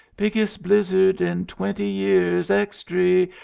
bigges' blizzid in twenty years. extree!